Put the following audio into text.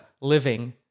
living